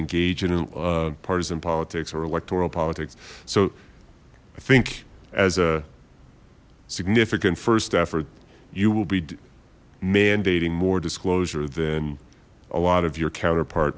engage in a partisan politics or electoral politics so i think as a significant first effort you will be mandating more disclosure than a lot of your counterpart